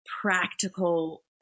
practical